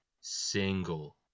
Single